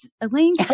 Elaine